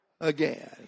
again